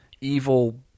evil